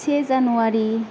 से जानुवारि